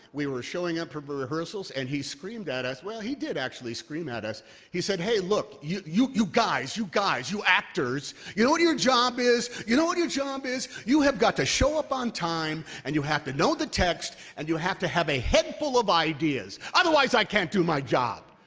we were showing up for but rehearsals, and he screamed at us well, he did actually scream at us he said, hey, look, you you you guys, you guys, you actors, you know what your jobs is? you know what your job is? you have got to show up on time and you have to know the text and you have to have a headful of ideas. otherwise, i can't do my job!